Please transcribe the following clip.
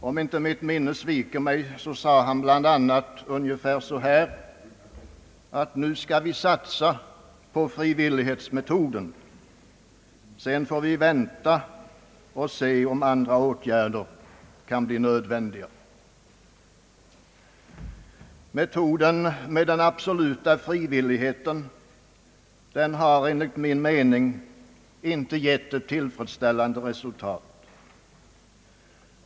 Om mitt minne inte sviker mig sade inrikesministern bland annat ungefär följande: Nu skall vi satsa på frivillighetsmetoden. Sedan får vi vänta och se om andra åtgärder kan bli nödvändiga. Metoden med den absoluta frivilligheten har enligt min mening inte gett ett tillfredsställande resultat.